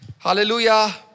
Hallelujah